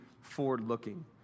forward-looking